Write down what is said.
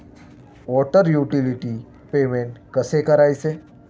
Water utility payment कसे करायचे?